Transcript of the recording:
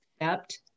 accept